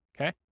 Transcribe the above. okay